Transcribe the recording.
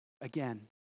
Again